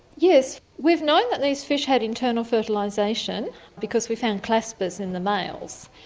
yes, we've known that these fish had internal fertilisation because we found claspers in the males.